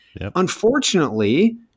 Unfortunately